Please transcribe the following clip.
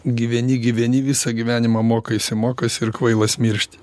gyveni gyveni visą gyvenimą mokaisi mokaisi ir kvailas miršti